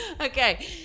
Okay